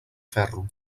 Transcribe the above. ferro